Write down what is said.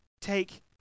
take